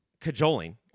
cajoling